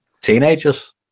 teenagers